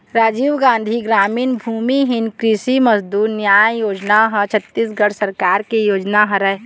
राजीव गांधी गरामीन भूमिहीन कृषि मजदूर न्याय योजना ह छत्तीसगढ़ सरकार के योजना हरय